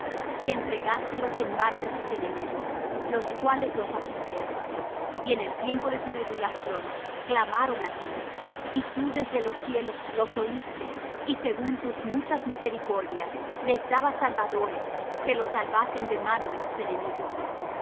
y entregástelos en mano de sus enemigos los cuales los afligieron y en el tiempo de su tribulación clamaron á ti y tú desde los cielos los oíste y según tus muchas miseraciones les dabas salvadores que los salvasen de mano de sus enemigos mas